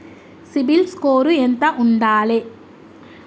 CIBIL score ఎంత ఉండాలే?